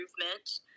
improvement